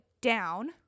down